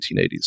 1980s